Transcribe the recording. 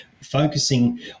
focusing